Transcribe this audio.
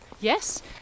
Yes